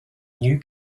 new